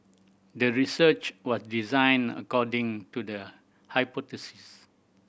the research was designed according to the hypothesis